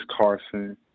Carson